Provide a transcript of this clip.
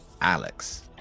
Alex